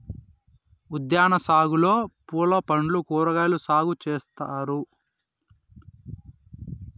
ఉద్యాన సాగులో పూలు పండ్లు కూరగాయలు సాగు చేత్తారు